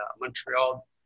montreal